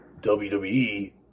WWE